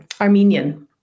Armenian